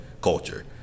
culture